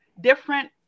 different